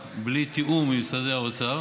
אתה נגד הרשימה המשותפת,